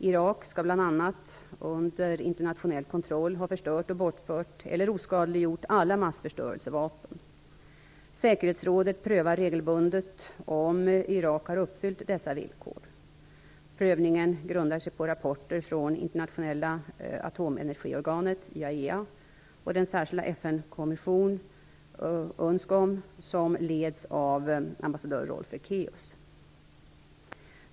Irak skall bl.a. under internationell kontroll ha förstört, bortfört eller oskadliggjort alla massförstörelsevapen. Säkerhetsrådet prövar regelbundet om Irak har uppfyllt dessa villkor. Prövningen grundar sig på rapporter från Internationella atomenergiorganet, IAEA, och från den särskilda FN-kommission, UNSCOM, som leds av ambassadör Rolf Ekéus.